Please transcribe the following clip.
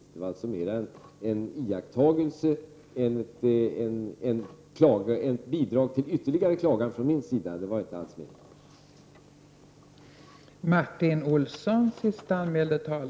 Jag framförde alltså mer en iakttagelse än ett bidrag till ytterligare klagan. Det var inte alls min avsikt.